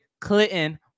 Clinton